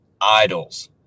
idols